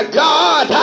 god